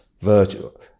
virtual